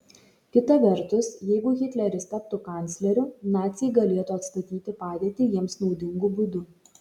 kita vertus jeigu hitleris taptų kancleriu naciai galėtų atstatyti padėtį jiems naudingu būdu